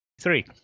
Three